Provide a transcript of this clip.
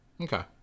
okay